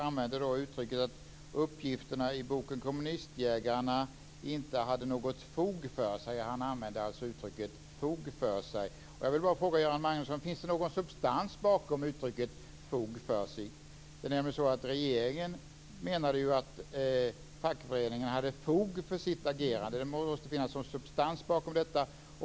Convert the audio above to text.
Han sade då att uppgifterna i boken Kommunistjägarna inte hade något fog för sig. Göran Magnusson använde alltså uttrycket "fog för sig". Jag vill bara fråga om det finns någon substans bakom uttrycker "fog för sig". Det är nämligen så att regeringen ansåg att fackföreningen hade "fog" för sitt agerande, och det måste finnas någon substans bakom detta.